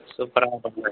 சூப்பராக பண்ணிடணும்